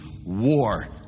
war